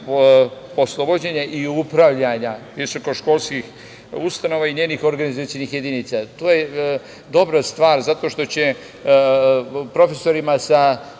poslovođenja i upravljanja visokoškolskih ustanova i njenih organizacionih jedinica. To je dobra stvar zato što će profesorima sa